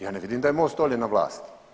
Ja ne vidim da je MOST dolje na vlasti.